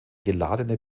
geladene